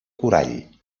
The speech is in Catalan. corall